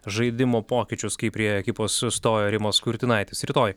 žaidimo pokyčius kai prie ekipos sustojo rimas kurtinaitis rytoj